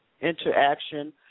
interaction